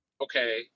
Okay